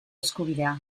eskubidea